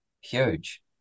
huge